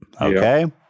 okay